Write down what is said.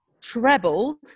trebled